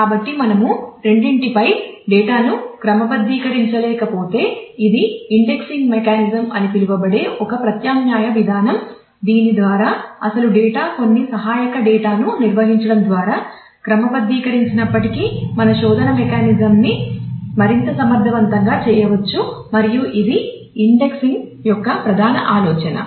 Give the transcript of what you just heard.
కాబట్టి మనము రెండింటిపై డేటాను క్రమబద్ధీకరించలేకపోతే ఇది ఇండెక్సింగ్ మెకానిజం యొక్క ప్రధాన ఆలోచన